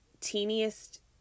teeniest